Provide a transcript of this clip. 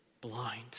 blind